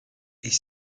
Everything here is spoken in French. est